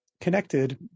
connected